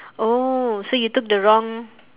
oh so you took the wrong